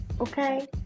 okay